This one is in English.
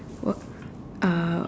uh